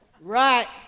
Right